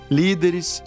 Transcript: líderes